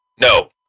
No